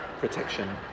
protection